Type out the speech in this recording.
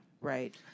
Right